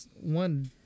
one